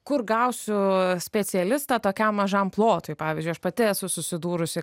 kur gausiu specialistą tokiam mažam plotui pavyzdžiui aš pati esu susidūrusi